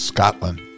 Scotland